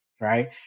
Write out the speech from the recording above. right